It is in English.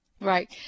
Right